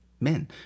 men